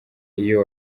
iyo